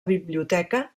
biblioteca